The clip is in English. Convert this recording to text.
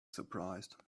surprised